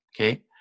Okay